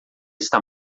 está